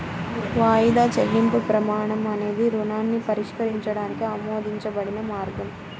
వాయిదా చెల్లింపు ప్రమాణం అనేది రుణాన్ని పరిష్కరించడానికి ఆమోదించబడిన మార్గం